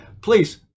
please